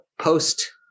post